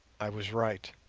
i was right.